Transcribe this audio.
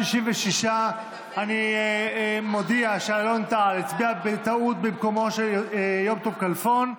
66. אני מודיע שאלון טל הצביע בטעות במקומו של יום טוב כלפון.